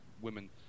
women